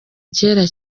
cyera